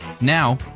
Now